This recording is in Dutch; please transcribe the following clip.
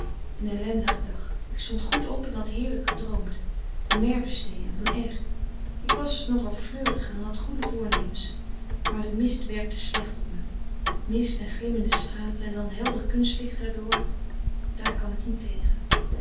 een ellendige dag ik stond goed op en had heerlijk gedroomd van merwestee en van r ik was nog al fleurig en had goede voornemens maar de mist werkte slecht op me mist en glimmende straten en dan helder kunstlicht er door daar kan ik niet tegen